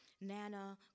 Nana